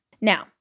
Now